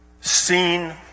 seen